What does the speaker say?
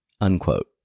Unquote